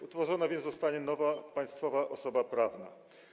Utworzona więc zostanie nowa państwowa osoba prawna.